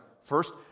First